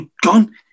gone